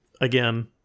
again